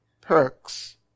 perks